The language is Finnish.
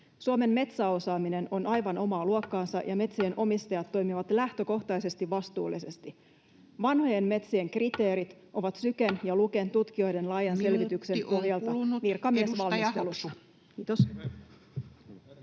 Suomen metsäosaaminen on aivan omaa luokkaansa, ja metsien omistajat toimivat lähtökohtaisesti vastuullisesti. Vanhojen metsien kriteerit ovat Syken ja Luken tutkijoiden laajan selvityksen pohjalta virkamiesvalmistelussa. — Kiitos.